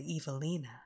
Evelina